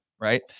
right